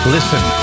Listen